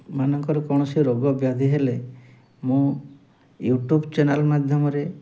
ମାନଙ୍କର କୌଣସି ରୋଗ ବ୍ୟାଧି ହେଲେ ମୁଁ ୟୁଟ୍ୟୁବ୍ ଚ୍ୟାନେଲ୍ ମାଧ୍ୟମରେ